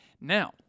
Now